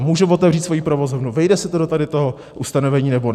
Můžu otevřít svou provozovnu, vejde se to do toho ustanovení, nebo ne?